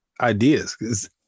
ideas